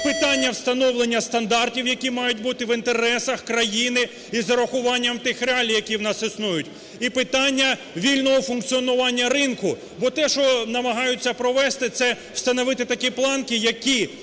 питання встановлення стандартів, які мають бути в інтересах країни і з урахуванням тих реалій, які в нас існують, і питання вільного функціонування ринку. Бо те, що намагаються провести, це встановити такі планки, які